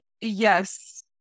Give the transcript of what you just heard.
Yes